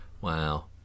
Wow